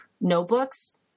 notebooks